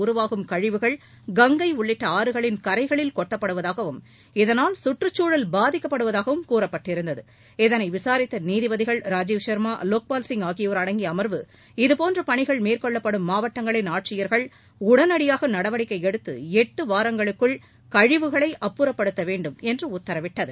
உருவாகும் கழிவுகள் கங்கை உள்ளிட்ட ஆறுகளின் கரைகளில் கொட்டப்படுவதாகவும் இதனால் கற்றுச்சூழல் பாதிக்கப்படுவதாகவும் கூறப்பட்டு இருந்தது இதனை விசாரித்த நீதிபதிகள் ராஜீவ் சர்மா லோக்பால் சிங் ஆகியோர் அடங்கிய அமர்வு இதுபோன்ற பணிகள் மேற்கொள்ளப்படும் மாவட்டங்களின் ஆட்சியர்கள் உடனடியாக நடவடிக்கை எடுத்து ளட்டு வாரங்களுக்குள் கழிவுகளை அப்புறப்படுத்த வேண்டும் என்று உத்தரவிட்டது